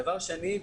דבר שני,